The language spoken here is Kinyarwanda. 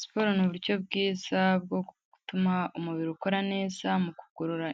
Siporo ni uburyo bwiza bwo gutuma umubiri ukora neza mu kugorora